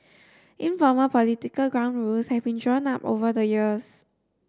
informal political ground rules have been drawn up over the years